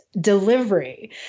delivery